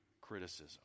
criticism